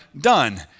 done